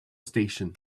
station